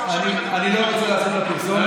אני לא רוצה לעשות לה פרסומת,